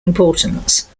importance